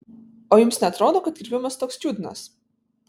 o jums neatrodo kad kirpimas toks čiudnas